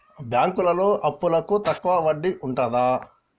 బ్యాంకులలో అప్పుకు తక్కువ వడ్డీ ఉంటదా?